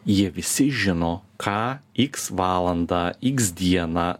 jie visi žino ką iks valandą iks dieną